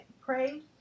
pray